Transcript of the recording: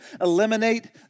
eliminate